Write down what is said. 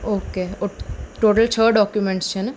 okay total છ documents છે ને